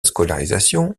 scolarisation